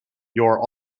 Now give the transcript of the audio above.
your